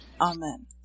Amen